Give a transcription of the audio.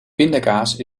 pindakaas